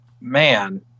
man